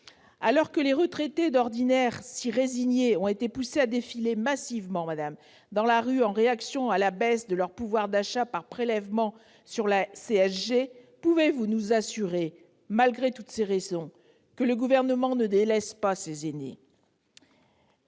alors que les retraités, d'ordinaire si résignés, ont été poussés à défiler massivement dans la rue en réaction à la baisse de leur pouvoir d'achat par prélèvement au titre de la CSG, pouvez-vous nous assurer, malgré toutes ces raisons, que le Gouvernement ne délaisse pas nos aînés ?